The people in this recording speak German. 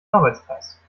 arbeitskreis